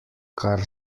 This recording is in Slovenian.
kar